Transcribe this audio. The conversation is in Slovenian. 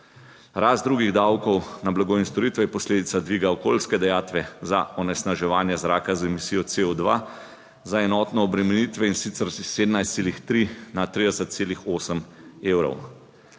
Rast drugih davkov na blago in storitve je posledica dviga okoljske dajatve za onesnaževanje zraka z emisijo CO2 za enotno obremenitve in sicer s 17,3 na 30,8 evrov.